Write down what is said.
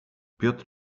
piotr